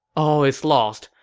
all is lost,